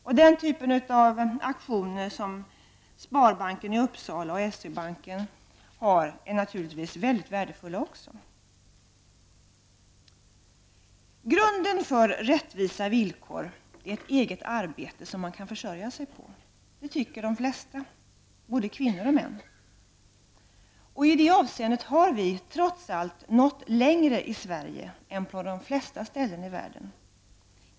Sådana aktioner som Sparbanken i Uppsala och S-E banken står bakom är naturligtvis också väldigt värdefulla. Grunden för rättvisa villkor är att man har ett eget arbete som man kan försörja sig på. Det tycker de flesta, både kvinnor och män. I det avseendet har vi i Sverige trots allt nått längre än man har gjort på de flesta håll i världen.